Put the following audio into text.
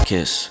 Kiss